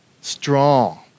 strong